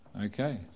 Okay